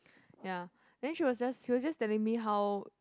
ya then she was just he just telling me how